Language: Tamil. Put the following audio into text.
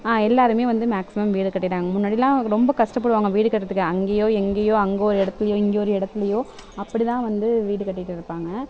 எல்லாேருமே வந்து மேக்சிமம் வீடு கட்டிவிட்டாங்க முன்னாடியெலாம் ரொம்ப கஷ்டப்படுவாங்க வீடு கட்டுவதுக்கு அங்கேயோ எங்கேயோ அங்கே ஒரு இடத்துலியோ இங்கே ஒரு இடத்துலியோ அப்படிதான் வந்து வீடு கட்டிகிட்டு இருப்பாங்க